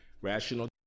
rational